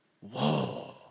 whoa